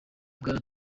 bwana